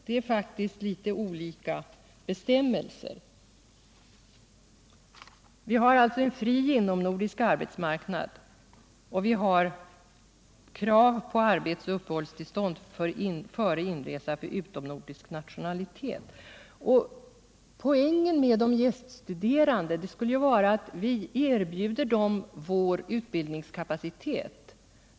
Det är faktiskt litet olika bestämmelser i de båda fallen. Vi har en fri inomnordisk arbetsmarknad och vi har krav på arbetsoch uppehållstillstånd före inresa för personer av utomnordisk nationalitet. Poängen med de gäststuderande skall vara att vi erbjuder dem vår utbildningskapacitet.